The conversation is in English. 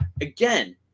again